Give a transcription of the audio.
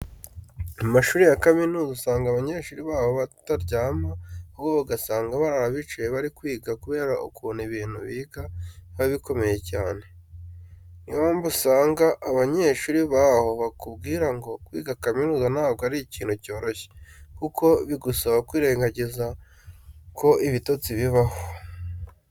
Mu mashuri ya kaminuza usanga abanyeshuri baho bataryama, ahubwo ugasanga barara bicaye bari kwiga kubera ukuntu ibintu biga biba bikomeye cyane. Niyo mpamvu uzasanga abanyeshuri baho bakubwira ngo kwiga kaminuza ntabwo ari ikintu cyoroshye kuko bigusaba kwirengiza ko ibitotsi bibaho.